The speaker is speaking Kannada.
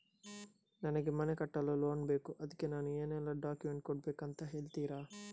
ನನಗೆ ಮನೆ ಕಟ್ಟಲು ಲೋನ್ ಬೇಕು ಅದ್ಕೆ ನಾನು ಏನೆಲ್ಲ ಡಾಕ್ಯುಮೆಂಟ್ ಕೊಡ್ಬೇಕು ಅಂತ ಹೇಳ್ತೀರಾ?